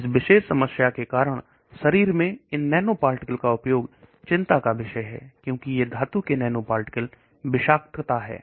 इस विशेष समस्या के कारण शरीर में इन ननोपार्टिकल का उपयोग चिंता का विषय है क्योंकि यह धातु के नैनो पार्टिकल्स विषाक्त है